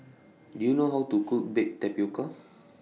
Do YOU know How to Cook Baked Tapioca